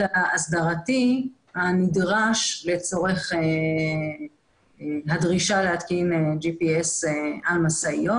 ההסדרתי הנדרש לצורך הדרישה להתקין GPS על משאיות,